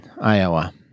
Iowa